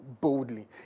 boldly